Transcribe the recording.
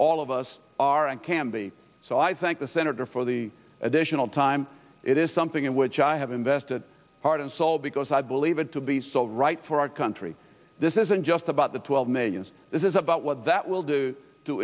all of us are and can be so i thank the senator for the additional time it is something in which i have invested heart and soul because i believe but to be so right for our country this isn't just about the twelve million this is about what that will do to